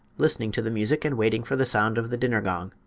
listening to the music and waiting for the sound of the dinner gong.